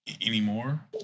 anymore